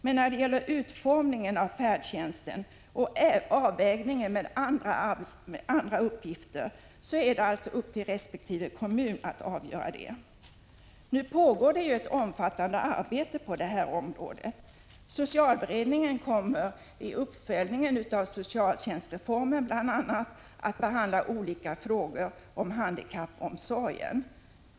Men när det gäller utformningen av färdtjänsten och avvägningen mot andra uppgifter ankommer det på resp. kommun att avgöra detta. Nu pågår det ett omfattande arbete på det här området. Socialberedningen kommer i uppföljningen av socialtjänstreformen bl.a. att behandla olika frågor om handikappomsorgen.